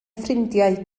ffrindiau